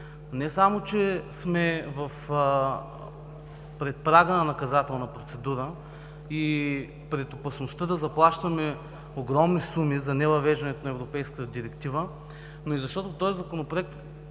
Не само че сме пред прага на наказателна процедура и пред опасността да заплащаме огромни суми за невъвеждането на европейската Директива, но и защото този Законопроект